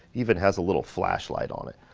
even has a little flashlight on it.